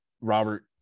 Robert